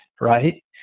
right